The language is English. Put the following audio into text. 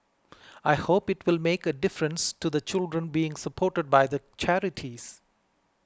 I hope it will make a difference to the children being supported by the charities